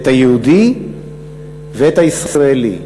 את היהודי ואת הישראלי.